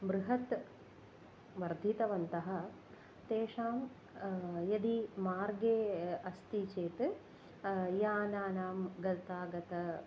बृहत् वर्धितवन्तः तेषां यदि मार्गे अस्ति चेत् यानानां गतागतम्